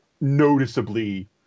noticeably